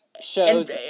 shows